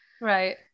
Right